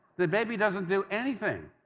the baby doesn't do anything.